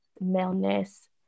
maleness